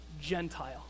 Gentile